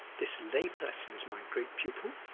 this lay person is my great pupil.